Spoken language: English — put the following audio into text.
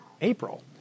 April